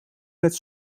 met